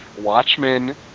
Watchmen